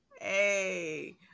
Hey